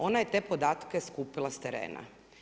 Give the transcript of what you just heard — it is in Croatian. Ona je te podatke skupila s terena.